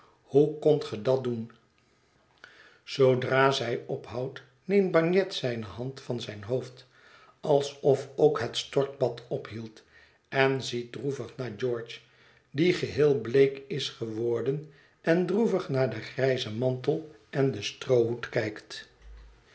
hoe kondt ge dat doen zoodra zij ophoudt neemt bagnet zijne hand van zijn hoofd alsof ook het stortbad ophield en ziet droevig naar george die geheel bleek is geworden en droevig naar den grijzen mantel en den stroohoed kijkt